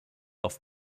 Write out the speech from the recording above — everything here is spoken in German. auf